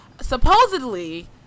Supposedly